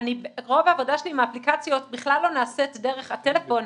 ורוב העבודה שלי עם האפליקציות בכלל לא נעשית דרך הפלאפון,